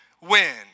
win